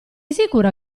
sicura